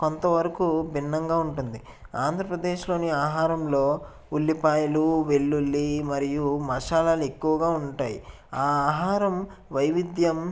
కొంతవరకు భిన్నంగా ఉంటుంది ఆంధ్రప్రదేశ్లోని ఆహారంలో ఉల్లిపాయలు వెల్లుల్లి మరియు మసాలాలు ఎక్కువగా ఉంటాయి ఆ ఆహరం వైవిధ్యం